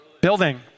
building